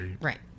right